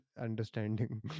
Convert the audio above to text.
understanding